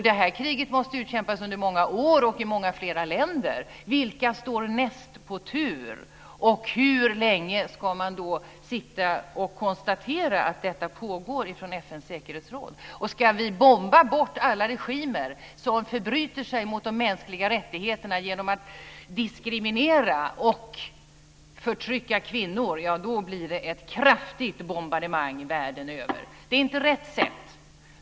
Det här kriget måste kämpas under många år och i många fler länder. Vilka står näst på tur? Hur länge ska man från FN:s säkerhetsråd sitta och konstatera att detta pågår? Ska vi bomba bort alla regimer som förbryter sig mot de mänskliga rättigheterna genom att diskriminera och förtrycka kvinnor, då blir det ett kraftigt bombardemang världen över. Det är inte rätt sätt.